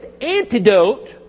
antidote